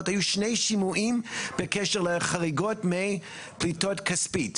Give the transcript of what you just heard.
היו שני שימועים בקשר לחריגות מפליטות כספית.